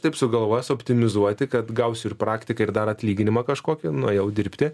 taip sugalvojęs optimizuoti kad gausiu ir praktiką ir dar atlyginimą kažkokį nuėjau dirbti